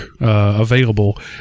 available